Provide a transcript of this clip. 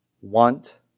want